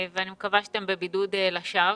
אני מקווה שאתם בבידוד לשווא.